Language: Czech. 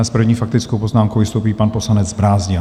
S první faktickou poznámkou vystoupí pan poslanec Brázdil.